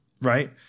Right